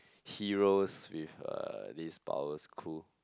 heroes with a this power cool